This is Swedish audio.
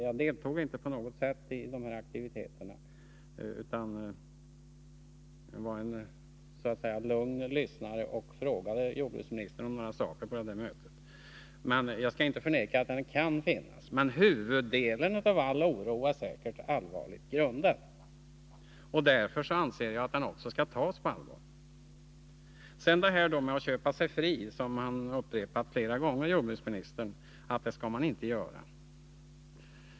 Jag deltog inte på något sätt i de aktiviteterna utan var en lugn lyssnare och frågade jordbruksministern om några saker på mötet. Jag skall alltså inte förneka att den typen av oro kan finnas. Men huvuddelen av all oro är säkert allvarligt grundad. Därför anser jag att den också skall tas på allvar. Låt mig sedan beröra detta med att köpa sig fri, som jordbruksministern flera gånger upprepade att man inte skall göra.